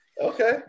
okay